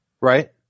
Right